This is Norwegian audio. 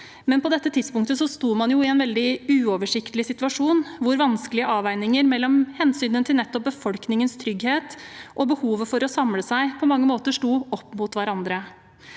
Men på det tidspunktet sto man i en veldig uoversiktlig situasjon, hvor vanskelige avveininger mellom hensynet til befolkningens trygghet og behovet for å samle seg på mange måter sto opp mot hverandre.